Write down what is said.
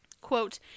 Quote